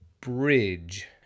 bridge